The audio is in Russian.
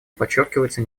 подчеркивается